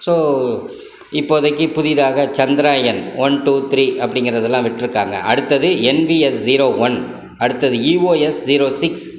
so இப்போதைக்கு புதியதாக Chandrayaan one two three அப்படிங்கிறதுலாம் விட்டிருக்காங்க அடுத்தது என்பிஎஸ்ஜீரோ ஒன் அடுத்தது இஓஎஸ்ஜீரோ சிக்ஸ்